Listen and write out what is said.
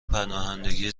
پناهندگی